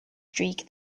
streak